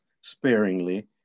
sparingly